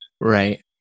Right